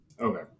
Okay